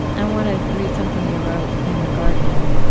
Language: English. i want to read something you wrote in the guardian.